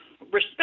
respect